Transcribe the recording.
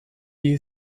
you